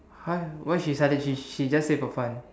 !huh! why she sudden she she just say for fun